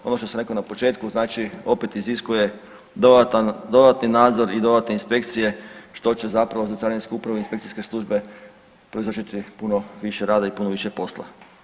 Ono što sam rekao na početku znači opet iziskuje dodatan, dodatni nadzor i dodatne inspekcije što će zapravo za Carinsku upravu i inspekcijske službe proizvršiti puno više rada i puno više posla.